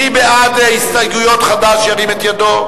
מי בעד הסתייגויות חד"ש, ירים את ידו.